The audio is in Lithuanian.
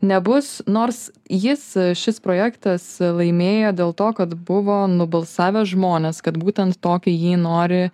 nebus nors jis šis projektas laimėjo dėl to kad buvo nubalsavę žmones kad būtent tokį jį nori